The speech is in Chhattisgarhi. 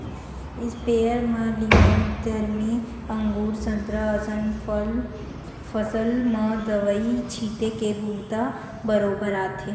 इस्पेयर म लीमउ, दरमी, अगुर, संतरा असन फसल म दवई छिते के बूता बरोबर आथे